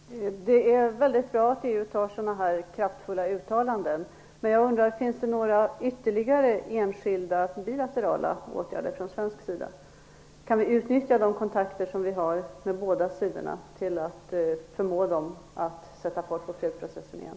Fru talman! Det är väldigt bra att EU gör sådana kraftfulla uttalanden. Finns det ytterligare enskilda bilaterala åtgärder från svensk sida? Kan vi utnyttja de kontakter som vi har med båda sidorna till att förmå dem att sätta fart på fredsprocessen igen?